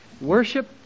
Worship